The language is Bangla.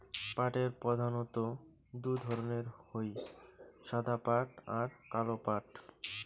পাটের প্রধানত্ব দু ধরণের হই সাদা পাট আর কালো পাট